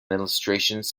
illustrations